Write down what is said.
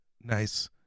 Nice